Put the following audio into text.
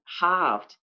halved